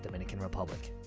dominican republic.